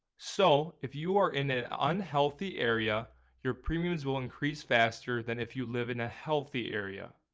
so if you are in an unhealthy area your premiums will increase faster than if you live in a healthy area.